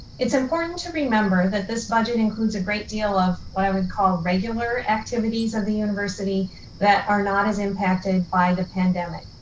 it's important to remember that this budget includes a great deal of what i would call regular activities of the university that are not as impacted by the pandemic.